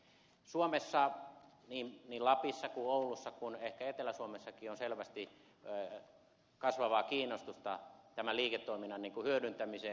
suomessa niin lapissa kuin oulussa kuin ehkä etelä suomessakin on selvästi kasvavaa kiinnostusta tämän liiketoiminnan hyödyntämiseen